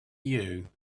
you